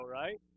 right